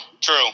true